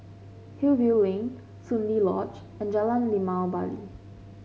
Hillview Link Soon Lee Lodge and Jalan Limau Bali